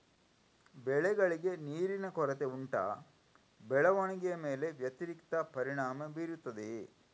ಬೆಳೆಗಳಿಗೆ ನೀರಿನ ಕೊರತೆ ಉಂಟಾ ಬೆಳವಣಿಗೆಯ ಮೇಲೆ ವ್ಯತಿರಿಕ್ತ ಪರಿಣಾಮಬೀರುತ್ತದೆಯೇ?